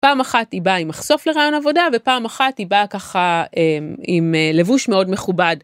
פעם אחת היא באה עם מחשוף לרעיון עבודה ופעם אחת היא באה ככה עם לבוש מאוד מכובד.